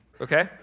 okay